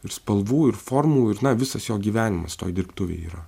ir spalvų ir formų ir na visas jo gyvenimas toj dirbtuvėj yra